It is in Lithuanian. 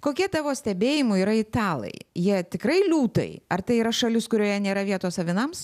kokie tavo stebėjimu yra italai jie tikrai liūtai ar tai yra šalis kurioje nėra vietos avinams